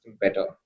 better